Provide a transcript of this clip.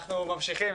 אנחנו ממשיכים,